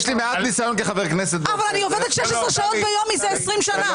יש לי מעט ניסיון כחבר כנסת --- אני עובדת 16 שעות ביום זה 22 שנה.